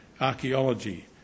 archaeology